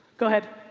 go ahead.